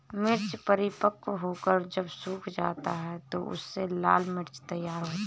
मिर्च परिपक्व होकर जब सूख जाता है तो उससे लाल मिर्च तैयार होता है